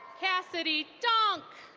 cassidy donk.